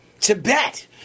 Tibet